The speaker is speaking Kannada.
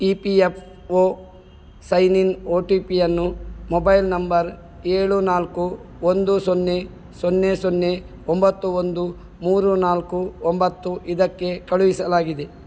E P F O sign in O T ಪಿಯನ್ನು ಮೊಬೈಲ್ ನಂಬರ್ ಏಳು ನಾಲ್ಕು ಒಂದು ಸೊನ್ನೆ ಸೊನ್ನೆ ಸೊನ್ನೆ ಒಂಬತ್ತು ಒಂದು ಮೂರು ನಾಲ್ಕು ಒಂಬತ್ತು ಇದಕ್ಕೆ ಕಳುಹಿಸಲಾಗಿದೆ